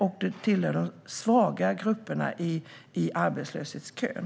De tillhör de svaga grupperna i arbetslöshetskön.